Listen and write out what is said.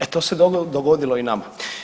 E to se dogodilo i nama.